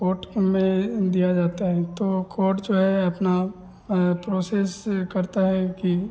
coat में दिया जाते हैं तो कोर्ट जो है अपना प्रोसेस करता है कि